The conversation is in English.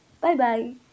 Bye-bye